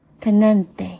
tenente